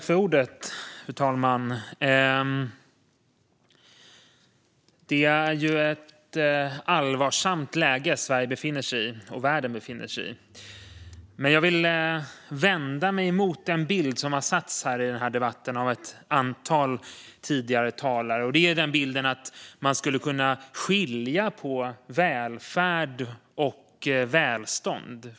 Fru talman! Det är ett allvarsamt läge Sverige och världen befinner sig i. Men jag vill vända mig mot den bild som har satts i den här debatten av ett antal tidigare talare, nämligen bilden att man skulle kunna skilja på välfärd och välstånd.